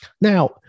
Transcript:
Now